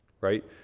right